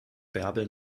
bärbel